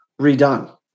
redone